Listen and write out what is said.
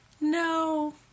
No